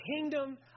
kingdom